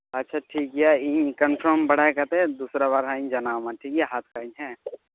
ᱟᱪᱪᱷᱟ ᱴᱷᱤᱠᱜᱮᱭᱟ ᱤᱧ ᱠᱚᱱᱯᱷᱨᱟᱢ ᱵᱟᱰᱟᱭ ᱠᱟᱛᱮ ᱫᱚᱥᱨᱟ ᱵᱟᱨ ᱦᱟᱸᱜ ᱤᱧ ᱡᱟᱱᱟᱣᱟᱢᱟ ᱴᱷᱤᱠᱜᱮᱭᱟ ᱦᱟᱛᱟᱣ ᱠᱷᱟᱱᱤᱧ ᱦᱮᱸ